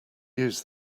use